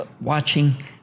watching